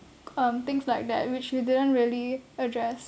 um things like that which you didn't really address